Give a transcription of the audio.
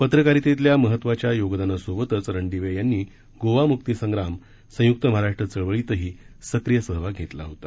पत्रकारितेतील महत्त्वाच्या योगदानासोबतच रणदिवे यांनी गोवा मुक्ती संग्राम संयुक्त महाराष्ट्र चळवळीतही सक्रिय सहभाग घेतला होता